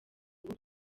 ubu